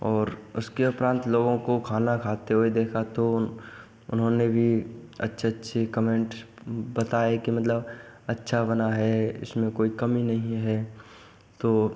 और उसके उपरांत लोगों को खाना खाते हुए देखा तो उन्होंने भी अच्छे अच्छे कमेंट बताए कि मतलब अच्छा बना है इसमें कोई कमी नहीं है तो